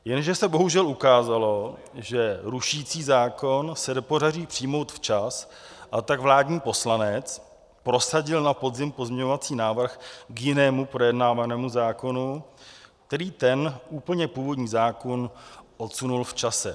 Jenže se bohužel ukázalo, že rušicí zákon se nepodaří přijmout včas, a tak vládní poslanec prosadil na podzim pozměňovací návrh k jinému projednávanému zákonu, který ten úplně původní zákon odsunul v čase.